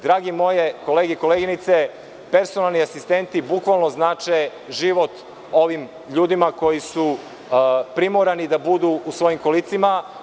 Drage moje kolege i koleginice, personalni asistenti bukvalno znače život ovim ljudima koji su primorani da budu u svojim kolicima.